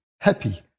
happy